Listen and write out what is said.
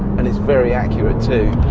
and it's very accurate too.